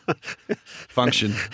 function